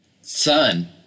sun